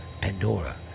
Pandora